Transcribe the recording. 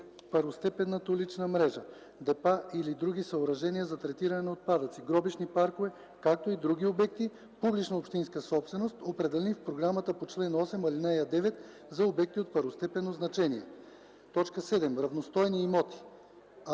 първостепенната улична мрежа, депа или други съоръжения за третиране на отпадъци, гробищни паркове, както и други обекти – публична общинска собственост, определени в програмата по чл. 8, ал. 9 за обекти от първостепенно значение. 7. „Равностойни имоти”: